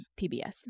pbs